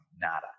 nada